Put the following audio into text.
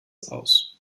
aus